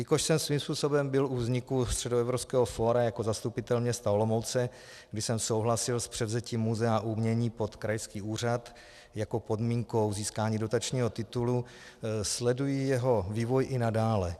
Jelikož jsem svým způsobem byl u vzniku Středoevropského fóra jako zastupitel města Olomouce, kdy jsem souhlasil s převzetím muzea umění pod krajský úřad jako podmínkou získání dotačního titulu, sleduji jeho vývoj i nadále.